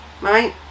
right